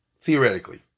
Theoretically